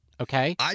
Okay